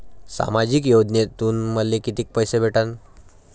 सामाजिक योजनेतून मले कितीक पैसे भेटन?